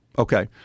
Okay